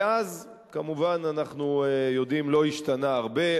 מאז, כמובן, אנחנו יודעים, לא השתנה הרבה.